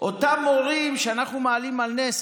אותם מורים שאנחנו מעלים על נס,